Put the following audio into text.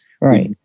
right